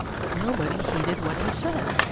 but nobody heeded what he said.